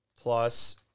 plus